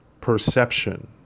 perception